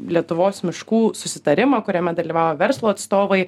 lietuvos miškų susitarimą kuriame dalyvavo verslo atstovai